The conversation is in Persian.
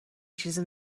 چیزی